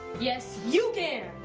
yes you can!